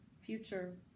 future